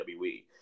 WWE